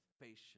patience